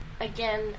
Again